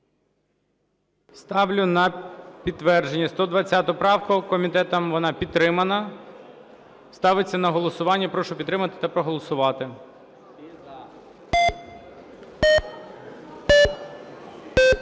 Ставлю на підтвердження 120 правку. Комітетом вона підтримана. Ставиться на голосування. Прошу підтримати та проголосувати.